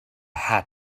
hat